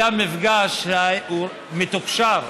היה מפגש מתוקשר,